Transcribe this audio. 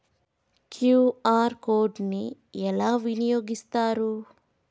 QR code ని ఎలా వినియోగిస్తారు?